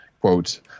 Quote